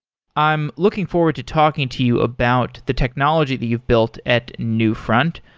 i'm looking forward to talking to you about the technology that you've built at newfront,